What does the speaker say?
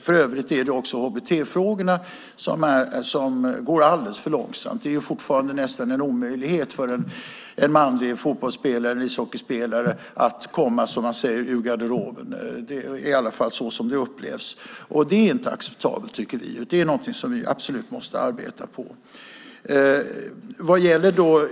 För övrigt går det alldeles för långsamt i hbt-frågorna. Det är fortfarande nästan en omöjlighet för en manlig fotbolls eller ishockeyspelare att, som man säger, komma ur garderoben. Det är så som det upplevs, och det är inte acceptabelt. Det är någonting som vi absolut måste arbeta med.